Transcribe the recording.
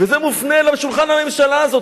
זה מופנה לשולחן הממשלה הזאת.